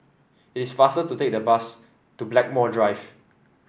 it is faster to take the bus to Blackmore Drive